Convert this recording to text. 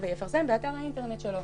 "ויפרסם באתר האינטרנט שלו".